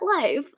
life